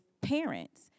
parents